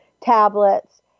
tablets